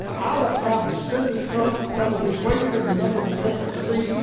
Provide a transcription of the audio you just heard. i will have descendants come that will be greater than the number of the sands of the sea.